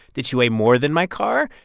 did she weigh more than my car?